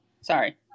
Sorry